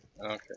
Okay